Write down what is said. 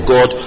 God